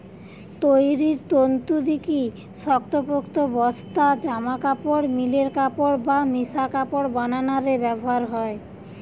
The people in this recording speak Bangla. তৈরির তন্তু দিকি শক্তপোক্ত বস্তা, জামাকাপড়, মিলের কাপড় বা মিশা কাপড় বানানা রে ব্যবহার হয়